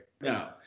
No